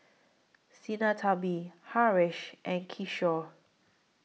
Sinnathamby Haresh and Kishore